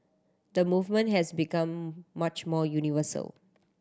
the movement has become much more universal